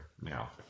now